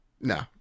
No